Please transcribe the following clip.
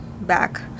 back